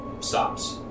stops